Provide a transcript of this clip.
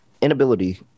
Inability